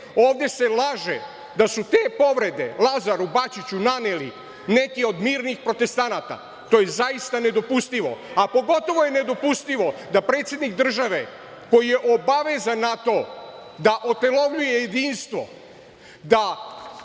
ovde se laže da su te povrede Lazaru Bačiću naneli neki od mirnih protestanata. To je zaista nedopustivo. Pogotovo je nedopustivo da predsednik države koji je obavezan na to da otelovljuje jedinstvo, da